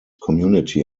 community